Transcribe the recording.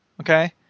okay